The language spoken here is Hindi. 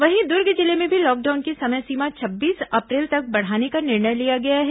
वहीं दुर्ग जिले में भी लॉकडाउन की समय सीमा छब्बीस अप्रैल तक बढ़ाने का निर्णय लिया गया है